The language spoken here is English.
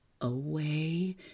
away